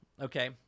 okay